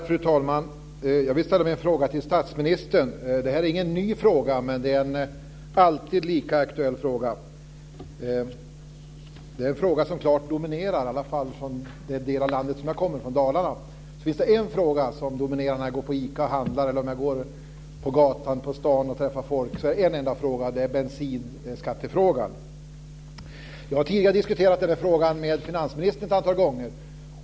Fru talman! Jag vill ställa min fråga till statsministern. Detta är ingen ny fråga, men den är alltid lika aktuell. I den del av landet som jag kommer från, Dalarna, finns det en fråga som dominerar när jag går på ICA och handlar eller när jag går på gatan och träffar folk. Det är frågan om bensinskatten. Jag har tidigare diskuterat den här frågan med finansministern ett antal gånger.